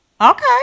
Okay